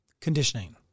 conditioning